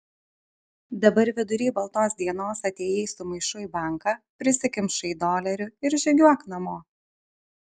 dabar vidury baltos dienos atėjai su maišu į banką prisikimšai dolerių ir žygiuok namo